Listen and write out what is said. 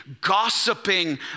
gossiping